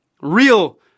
Real